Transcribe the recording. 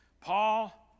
Paul